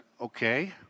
okay